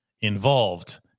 involved